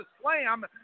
slam